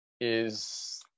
is-